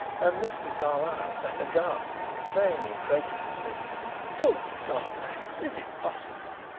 and mr. carlyle sat aghast, saying incredulously good god, max, is it possible?